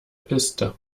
piste